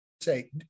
Say